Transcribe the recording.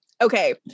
Okay